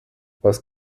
was